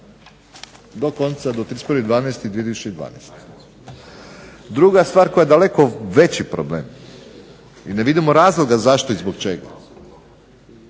do konca, do 31.12.2012. Druga stvar koja je daleko veći problem, i ne vidimo razloga zašto i zbog čega,